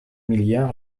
milliards